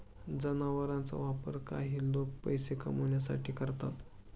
जनावरांचा वापर काही लोक पैसे कमावण्यासाठी करतात